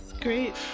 Great